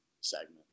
segment